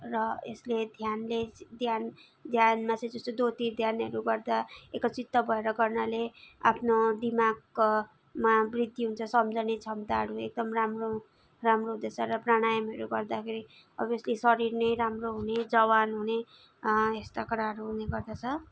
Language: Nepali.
र यसले ध्यानले ध्यान ध्यानमा चाहिँ जस्तै ज्योतिर ध्यानहरू गर्दा एकचित्त भएर गर्नाले आफ्नो दिमागमा वृद्धि हुन्छ सम्झने क्षमताहरू एकदम राम्रो राम्रो हुँदछ र प्रणायमहरू गर्दाखेरि अभियसली शरीर नै राम्रो हुने जवान हुने यस्ता कुराहरू हुने गर्दछ